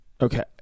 Okay